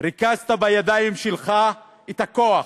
ריכזת בידיים שלך את הכוח,